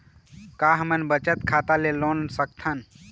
का हमन बचत खाता ले लोन सकथन?